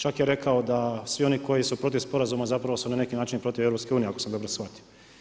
Čak je rekao da svi oni koji su protiv sporazuma zapravo su na neki način protiv EU ako sam dobro shvatio.